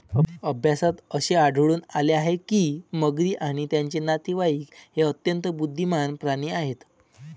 अभ्यासात असे आढळून आले आहे की मगरी आणि त्यांचे नातेवाईक हे अत्यंत बुद्धिमान प्राणी आहेत